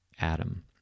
Adam